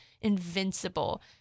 invincible